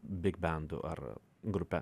bigbendu ar grupe